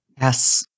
Yes